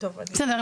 תקרה.